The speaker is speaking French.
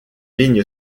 ligne